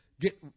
get